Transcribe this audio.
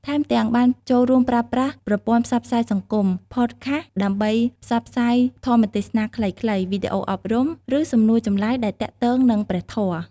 ថែមទាំង បានចូលរូមប្រើប្រាស់ប្រព័ន្ធផ្សព្វផ្សាយសង្គម ផតខាស ដើម្បីផ្សព្វផ្សាយធម្មទេសនាខ្លីៗ វីដេអូអប់រំ ឬសំណួរចម្លើយដែលទាក់ទងនឹងព្រះធម៌។